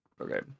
Okay